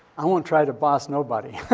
i won't try to boss nobody.